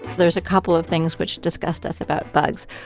there's a couple of things which disgust us about bugs.